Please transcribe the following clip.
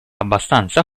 abbastanza